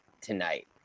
tonight